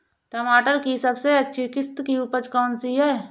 टमाटर की सबसे अच्छी किश्त की उपज कौन सी है?